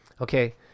Okay